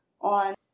on